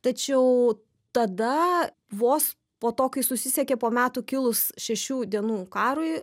tačiau tada vos po to kai susisiekė po metų kilus šešių dienų karui